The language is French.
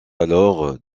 alors